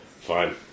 Fine